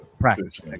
practice